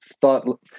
thought